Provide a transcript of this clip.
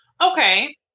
Okay